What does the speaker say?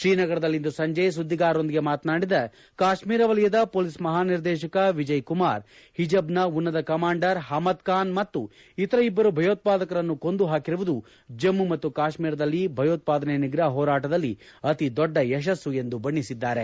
ತ್ರೀನಗರದಲ್ಲಿಂದು ಸಂಜೆ ಸುದ್ಲಿಗಾರರೊಂದಿಗೆ ಮಾತನಾಡಿದ ಕಾತ್ನೀರ ವಲಯದ ಪೊಲೀಸ್ ಮಹಾ ನಿರ್ದೇಶಕ ವಿಜಯ್ ಕುಮಾರ್ ಹಿಜಬ್ ನ ಉನ್ನತ ಕಮಾಂಡರ್ ಪಮ್ನದ್ ಖಾನ್ ಹಾಗೂ ಇತರ ಇಬ್ಲರು ಭಯೋತ್ವಾದಕರನ್ನು ಕೊಂದು ಹಾಕಿರುವುದು ಜಮ್ನು ಮತ್ತು ಕಾಶ್ಮೀರದಲ್ಲಿ ಭಯೋತ್ಪಾದನೆ ನಿಗ್ರಹ ಹೋರಾಟದಲ್ಲಿ ಅತಿ ದೊಡ್ಡ ಯಶಸ್ಸು ಎಂದು ಬಣ್ನೆಸಿದರು